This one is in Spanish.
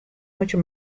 mucho